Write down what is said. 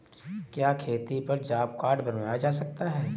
क्या खेती पर जॉब कार्ड बनवाया जा सकता है?